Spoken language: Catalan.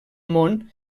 món